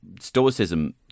Stoicism